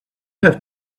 have